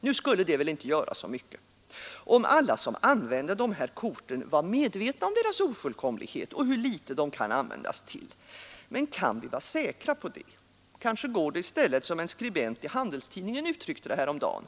Nu skulle väl det inte göra så mycket, om alla som använder dessa kort vore medvetna om deras ofullkomlighet och hur litet de kan användas till. Men kan vi vara säkra på det? Kanske går det i stället så, som en skribent i Handelstidningen uttryckte det häromdagen.